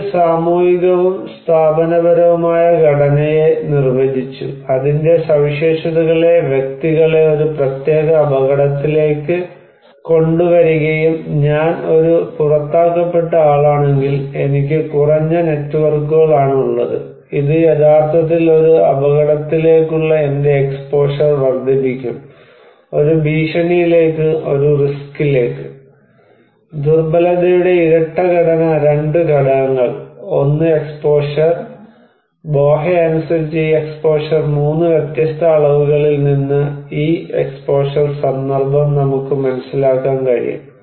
ഇത് സാമൂഹികവും സ്ഥാപനപരവുമായ ഘടനയെ നിർവചിച്ചു അതിന്റെ സവിശേഷതകളെ വ്യക്തികളെ ഒരു പ്രത്യേക അപകടത്തിലേക്കലേക്ക് കൊണ്ടുവരികയും ഞാൻ ഒരു പുറത്താക്കപ്പെട്ട ആളാണെങ്കിൽ എനിക്ക് കുറഞ്ഞ നെറ്റ്വർക്കുകൾ ആണ് ഉള്ളത് ഇത് യഥാർത്ഥത്തിൽ ഒരു അപകടത്തിലേക്കുള്ള എന്റെ എക്സ്പോഷർ വർദ്ധിപ്പിക്കും ഒരു ഭീഷണിയിലേക്ക് ഒരു റിസ്കി ലേക്ക് ദുർബലതയുടെ ഇരട്ട ഘടന രണ്ട് ഘടകങ്ങൾ ഒന്ന് എക്സ്പോഷർ ബോഹെ അനുസരിച്ച് ഈ എക്സ്പോഷർ 3 വ്യത്യസ്ത അളവുകളിൽ നിന്ന് ഈ എക്സ്പോഷർ സന്ദർഭം നമുക്ക് മനസ്സിലാക്കാൻ കഴിയും